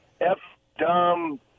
F-dumb